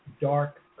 dark